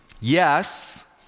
Yes